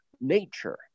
nature